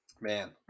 Man